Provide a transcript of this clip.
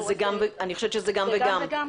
אני חושבת שזה גם וגם.